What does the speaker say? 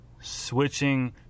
switching